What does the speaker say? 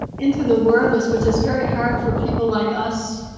into the wordless, which is very hard for people like us.